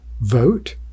vote